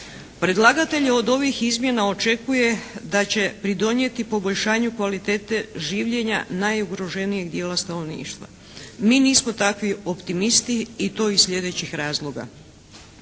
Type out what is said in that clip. Predlagatelj od ovih izmjena očekuje da će pridonijeti poboljšanju kvalitete življenja najugroženijeg dijela stanovništva. Mi nismo takvi optimisti i to iz slijedećih razloga.